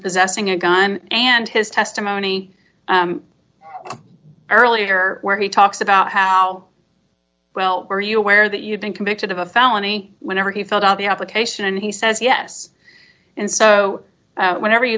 possessing a gun and his testimony earlier where he talks about how well were you aware that you'd been convicted of a felony whenever he felt up the application and he says yes and so whenever you